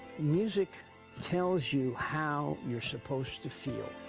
music tells you how you're supposed to feel.